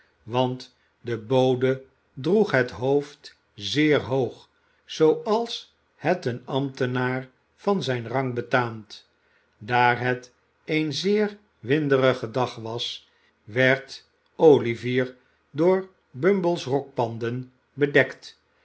want de bode droeg het hoofd zeer hoog zooals het een ambtenaar van zijn rang betaamt daar het een zeer winderige dag was werd olivier door bumble's rokspanden bedekt